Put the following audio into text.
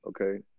okay